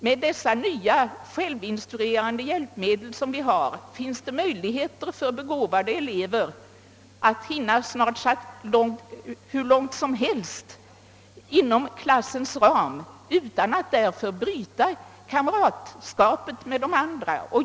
Med dessa nya självinstruerande hjälpmedel som vi har finns det möjligheter för begåvade elever att hinna snart sagt hur långt som helst inom klassens ram utan att därför bryta kamratskapet med de andra.